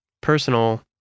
personal